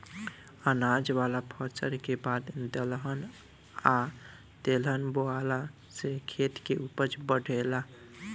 अनाज वाला फसल के बाद दलहन आ तेलहन बोआला से खेत के ऊपज बढ़ेला